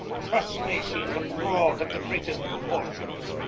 trust me, she is a fraud of the greatest proportions.